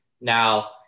now